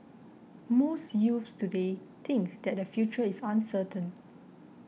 most youths today think that the future is uncertain